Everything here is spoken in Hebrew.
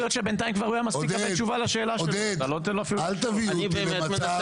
אל תביאו אותי למצב